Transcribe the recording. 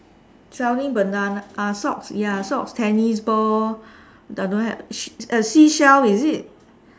selling banana uh socks ya socks tennis ball uh don't have s~ seashell is it